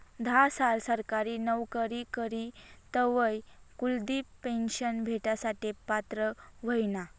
धा साल सरकारी नवकरी करी तवय कुलदिप पेन्शन भेटासाठे पात्र व्हयना